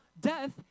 death